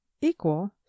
equal